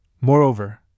Moreover